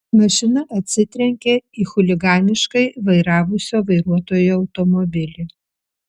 mašina atsitrenkė į chuliganiškai vairavusio vairuotojo automobilį